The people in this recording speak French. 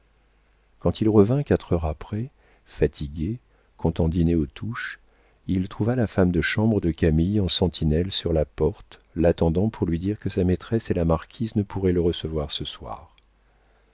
quand il revint quatre heures après fatigué comptant dîner aux touches il trouva la femme de chambre de camille en sentinelle sur la porte l'attendant pour lui dire que sa maîtresse et la marquise ne pourraient le recevoir ce soir